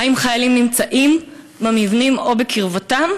2. האם חיילים נמצאים במבנים או בקרבתם?